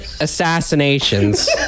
assassinations